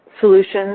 Solutions